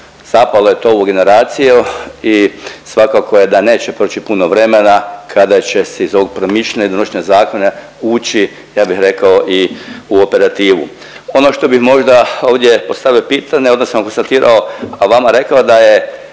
… je to u generaciju i svakako je da neće proći puno vremena kada će se iz ovog promišljanja i donošenja zakona ući, ja bih rekao i u operativu. Ono što bi možda ovdje postavio pitanje odnosno konstatirao, a vama rekao da je